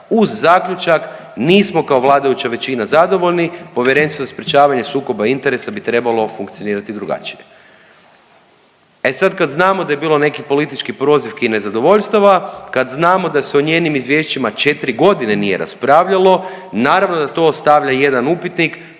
uz zaključak nismo kao vladajuća većina zadovoljni. Povjerenstvo za sprječavanje sukoba interesa bi trebalo funkcionirati drugačije. E sad kad znamo da je bilo nekih političkih prozivki i nezadovoljstava, kad znamo da se o njenim izvješćima 4 godine nije raspravljalo, naravno da to ostavlja jedan upitnik